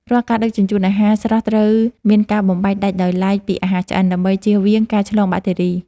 រាល់ការដឹកជញ្ជូនអាហារស្រស់ត្រូវមានការបំបែកដាច់ដោយឡែកពីអាហារឆ្អិន ដើម្បីជៀសវាងការឆ្លងបាក់តេរី។